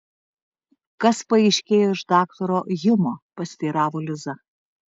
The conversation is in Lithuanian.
kas paaiškėjo iš daktaro hjumo pasiteiravo liza